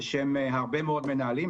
בשם הרבה מאוד מנהלים.